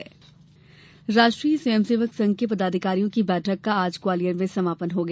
बैठक आरएसएस राष्ट्रीय स्वयं सेवक संघ के पदाधिकारियों की बैठक का आज ग्वालियर में समापन हो गया